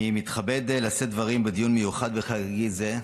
אני מתכבד לשאת דברים בדיון מיוחד וחגיגי זה,